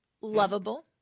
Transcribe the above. lovable